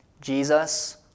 Jesus